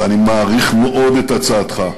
ואני מעריך מאוד את הצעתך,